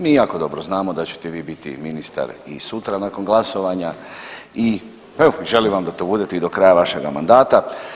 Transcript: Mi jako dobro znamo da ćete vi biti ministar i sutra nakon glasovanja i evo, želim vam da to budete i do kraja vašega mandata.